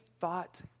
thought